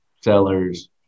sellers